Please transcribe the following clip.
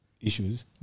issues